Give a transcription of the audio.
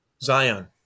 Zion